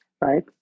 right